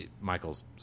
michael's